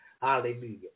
Hallelujah